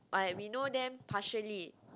i we know them partially